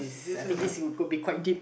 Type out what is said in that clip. this I think this could be quite deep